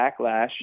backlash